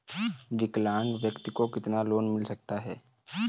विकलांग व्यक्ति को कितना लोंन मिल सकता है?